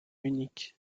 unique